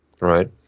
right